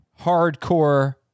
hardcore